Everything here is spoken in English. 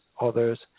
others